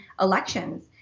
elections